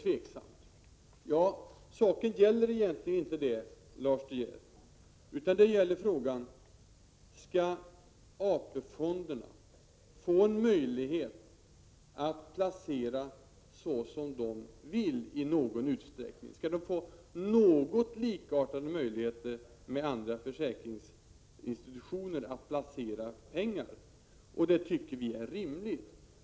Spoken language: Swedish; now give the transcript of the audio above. Men saken gäller egentligen inte detta, utan frågan är: Skall AP-fonderna få en möjlighet att placera såsom de vill i någon utsträckning? Skall de få någorlunda likartade möjligheter jämfört med andra försäkringsinstitutioner att placera pengar? Det tycker vi är rimligt.